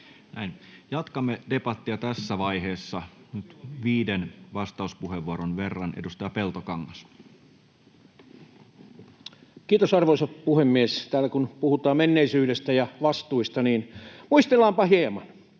Jatkamme debattia tässä vaiheessa nyt viiden vastauspuheenvuoron verran. — Edustaja Peltokangas. Kiitos, arvoisa puhemies! Täällä kun puhutaan menneisyydestä ja vastuista, niin muistellaanpa hieman.